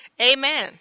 Amen